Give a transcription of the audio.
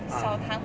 ah